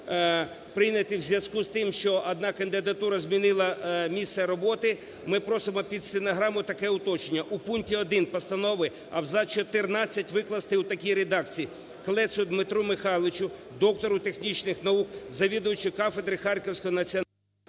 Прийняти в зв'язку з тим, що одна кандидатура змінила місце роботи, ми просимо під стенограму таке уточнення: у пункті 1 постанови абзац 14 викласти у такій редакції: Клецу Дмитру Михайловичу, доктору технічних наук, завідувачу кафедри Харківського національного…